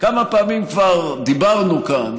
כמה פעמים כבר דיברנו כאן